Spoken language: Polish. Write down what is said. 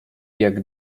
jak